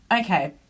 okay